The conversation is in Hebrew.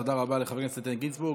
תודה רבה לחבר הכנסת גינזבורג.